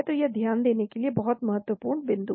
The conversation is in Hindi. तो यह ध्यान देने के लिए बहुत महत्वपूर्ण बिंदु है